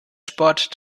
sport